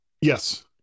Yes